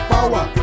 Power